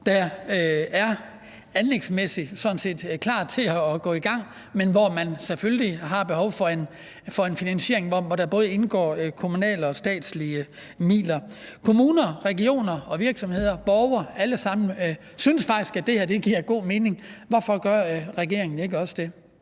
set er klar til at blive sat i gang, men hvor der selvfølgelig er behov for en finansiering, hvor der indgår både kommunale og statslige midler. Kommuner, regioner, virksomheder og borgere synes faktisk alle sammen, at det her giver god mening. Hvorfor gør regeringen ikke også det?